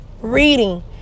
reading